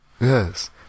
Yes